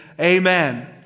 amen